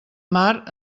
mar